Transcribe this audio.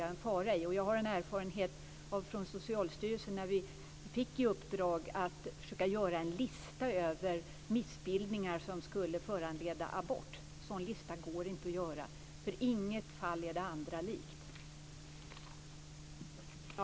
Jag har erfarenhet från Socialstyrelsen när vi fick i uppdrag att försöka göra en lista över missbildningar som skulle föranleda abort. En sådan lista går inte att göra. Inget fall är det andra likt.